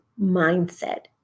mindset